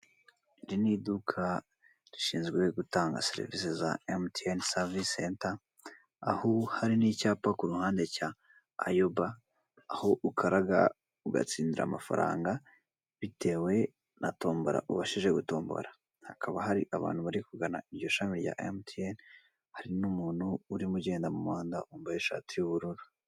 Iri ni iduka rishinzwe gutanga serivise za emutiyene savise senta aho hari n'icyapa ku ruhande cya ayoba, aho ukaraga ugatsindira amafaranga bitewe na tombora ubashije gutombora, hakaba hari abantu bari kugana iryo shami rya emutiyene hari n'umuntu urimo ugenda mu muhanda wambaye ishati y'ubururu.